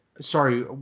sorry